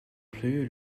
plus